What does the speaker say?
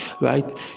right